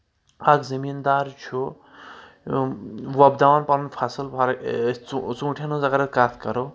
اکھ زمیٖندار چھُ وۄپداوان پنُن فصل فرق أسۍ ژوٗنٛٹھؠن ہٕنٛز اگر أسۍ کتھ کرو